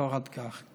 קורת גג.